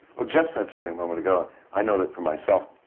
well jeff said something a moment ago. and i know that for myself,